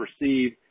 received